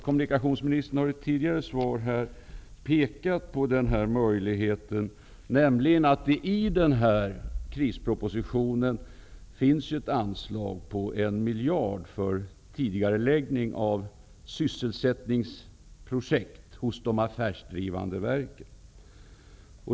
Kommunikationsministern har tidigare i ett svar pekat på möjligheten att det i krispropositionen finns ett anslag på 1 miljard för tidigareläggning av sysselsättningsprojekt hos de affärsdrivande verken.